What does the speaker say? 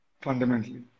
fundamentally